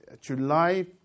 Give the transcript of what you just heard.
July